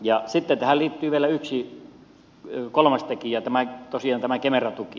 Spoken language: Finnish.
sitten tähän liittyy vielä kolmas tekijä tosiaan tämä kemera tuki